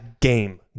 game